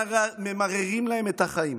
שממררים להן את החיים,